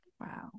Wow